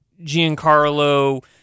Giancarlo